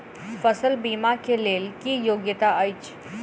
फसल बीमा केँ लेल की योग्यता अछि?